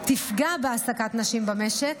תפגע בהעסקת נשים במשק,